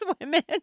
women